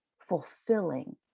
fulfilling